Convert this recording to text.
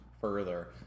further